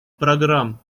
программ